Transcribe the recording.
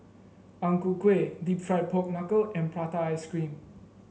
Ang Ku Kueh deep fried Pork Knuckle and Prata Ice Cream